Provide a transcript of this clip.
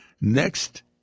next